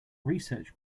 research